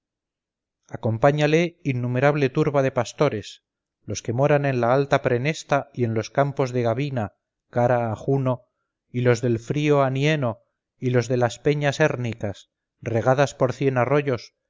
acompáñale innumerable turba de pastores los que moran en la alta prenesta y en los campos de gabina cara a juno y los del frío anieno y los de las peñas hérnicas regadas por cien arroyos